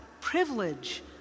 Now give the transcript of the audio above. privilege